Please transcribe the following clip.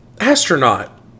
astronaut